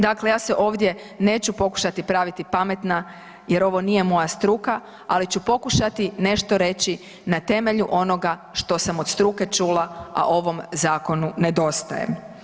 Dakle, ja se ovdje neću pokušati praviti pametna jer ovo nije moja struka, ali ću pokušati nešto reći na temelju onoga što sam od struke čula, a ovom zakonu nedostaje.